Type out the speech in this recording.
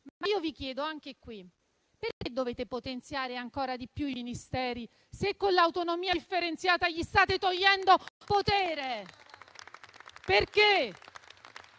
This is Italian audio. Ma io vi chiedo, anche qui: perché volete potenziare ancora di più i Ministeri, se con l'autonomia differenziata gli state togliendo potere?